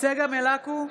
צגה מלקו,